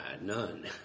None